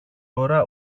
ώρα